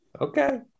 okay